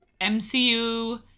mcu